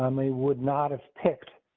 and they would not have picked.